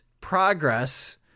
progress